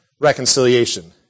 reconciliation